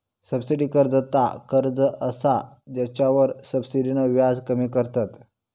subsidy कर्ज ता कर्ज असा जेच्यावर सब्सिडीन व्याज कमी करतत